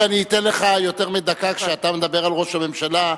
אם אני אתן לך יותר מדקה כשאתה מדבר על ראש הממשלה,